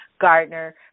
Gardner